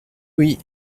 oui